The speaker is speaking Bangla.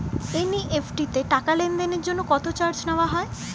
এন.ই.এফ.টি তে টাকা লেনদেনের জন্য কত চার্জ নেয়া হয়?